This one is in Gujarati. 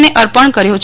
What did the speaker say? ને અર્પણ કર્યો છે